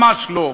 ממש לא.